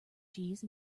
cheese